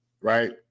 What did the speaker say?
Right